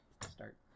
Start